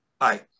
hi